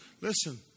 listen